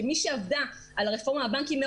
כמי שעבדה מאוד-מאוד מקרוב על הרפורמה של הבנקים,